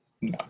No